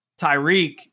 tyreek